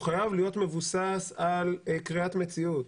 הוא חייב להיות מבוסס על קריאת מציאות.